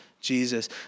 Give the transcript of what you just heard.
Jesus